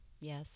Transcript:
Yes